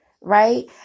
right